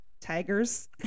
Tigers